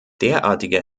derartige